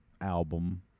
album